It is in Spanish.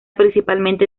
principalmente